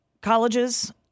colleges